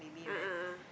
a'ah a'ah